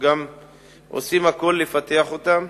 עושים הכול לפתח אותם.